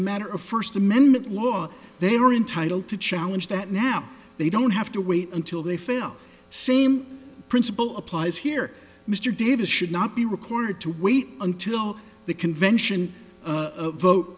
a matter of first amendment law they're entitle to challenge that now they don't have to wait until they felt same principle applies here mr davis should not be required to wait until the convention vote